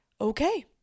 Okay